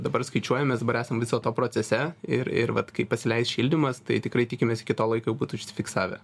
dabar skaičiuojamės dabar esam viso to procese ir ir vat kai pasileis šildymas tai tikrai tikimės iki to laiko jau būt užsifiksavę